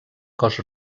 cos